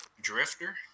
drifter